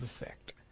effect